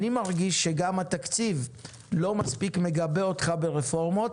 אני מרגיש שגם התקציב לא מספיק מגבה אותך בנושא הרפורמות.